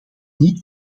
niet